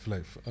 Life